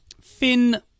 Finn